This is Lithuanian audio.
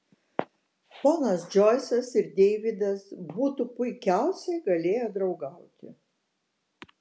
ponas džoisas ir deividas būtų puikiausiai galėję draugauti